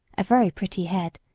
a very pretty head,